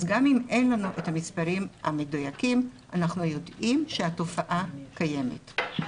אז גם אם אין לנו את המספרים המדויקים אנחנו יודעים שהתופעה קיימת.